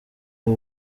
ubu